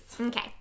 Okay